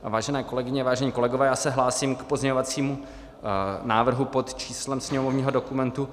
Vážené kolegyně, vážení kolegové, já se hlásím k pozměňovacímu návrhu pod číslem sněmovního dokumentu 5483.